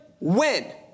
win